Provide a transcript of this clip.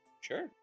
sure